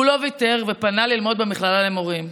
הוא לא ויתר ופנה ללמוד במכללה למורים.